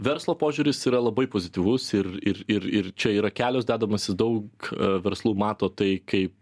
verslo požiūris yra labai pozityvus ir ir ir ir čia yra kelios dedamosios daug verslų mato tai kaip